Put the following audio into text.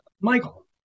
Michael